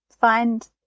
Find